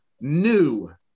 new